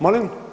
Molim?